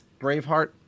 Braveheart